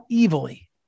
evilly